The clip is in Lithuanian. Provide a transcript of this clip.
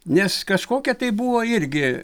nes kažkokia tai buvo irgi